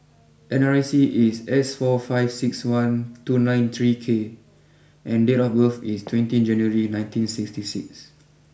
N R I C is S four five six one two nine three K and date of birth is twenty January nineteen sixty six